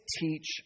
teach